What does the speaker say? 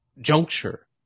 juncture